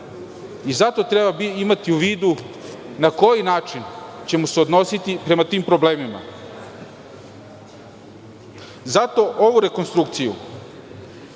Zato treba imati u vidu na koji način ćemo se odnositi prema tim problemima. Zato ovu rekonstrukciju